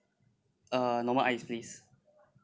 uh normal ice please